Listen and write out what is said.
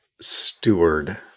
Steward